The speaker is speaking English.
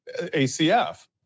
acf